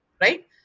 right